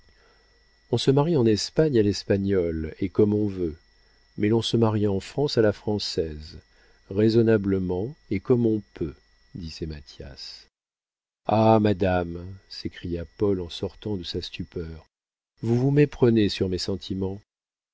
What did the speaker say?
on se marie en espagne à l'espagnole et comme on veut mais on se marie en france à la française raisonnablement et comme on peut disait mathias ah madame s'écria paul en sortant de sa stupeur vous vous méprenez sur mes sentiments